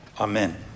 Amen